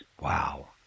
Wow